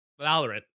Valorant